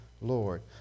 Lord